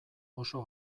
oso